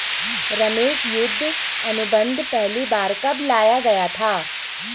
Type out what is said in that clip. रमेश युद्ध अनुबंध पहली बार कब लाया गया था?